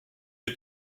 est